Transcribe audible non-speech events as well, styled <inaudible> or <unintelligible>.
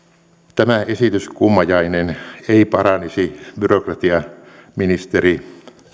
tämä esityskummajainen <unintelligible> ei paranisi byrokratiaministeri